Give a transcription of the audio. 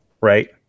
Right